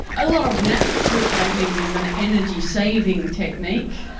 a lot of naps, which i think is an energy saving technique.